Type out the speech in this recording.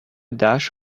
dash